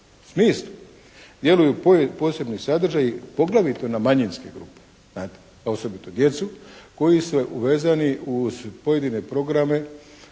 smislu djeluju posebni sadržaji, poglavito na manjinske grupe, znate. Osobito djecu koji su uvezani uz pojedine programe